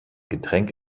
getränk